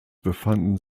befanden